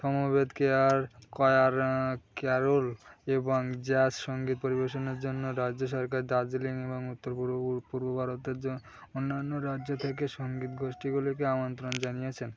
সমবেত choir choir carol এবং jazz সঙ্গীত পরিবেশনের জন্য রাজ্য সরকার দার্জিলিং এবং উত্তর পূর্ব পূর্ব ভারতের যো অন্যান্য রাজ্য থেকে সঙ্গীত গোষ্ঠীগুলিকে আমন্ত্রণ জানিয়েছেন